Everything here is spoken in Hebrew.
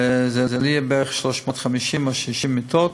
ויהיו שם בערך 350 או 360 מיטות.